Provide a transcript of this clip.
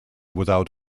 without